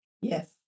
yes